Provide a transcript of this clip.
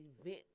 event